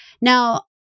now